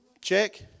check